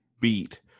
beat